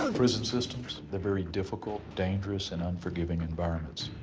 ah prison systems, they're very difficult, dangerous, and unforgiving environments.